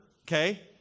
okay